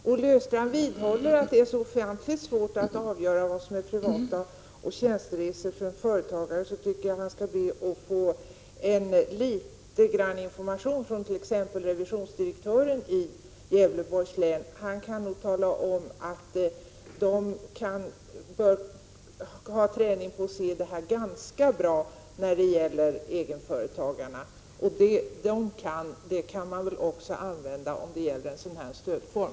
Herr talman! Olle Östrand vidhåller att det är så ofantligt svårt att avgöra vad som är privatresor eller tjänsteresor när det gäller en företagare. Då tycker jag att han skall be om information från t.ex. revisionsdirektören i Gävleborgs län. Han kan tala om att myndigheterna har en ganska stor erfarenhet av att avgöra sådana här frågor. De kunskaperna borde de kunna använda också när det är fråga om en sådan här stödform.